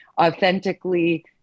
authentically